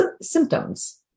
symptoms